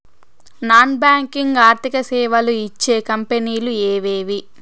Non banking ఆర్థిక సేవలు ఇచ్చే కంపెని లు ఎవేవి?